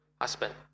husband